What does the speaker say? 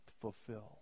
fulfill